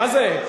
זו ההחלטה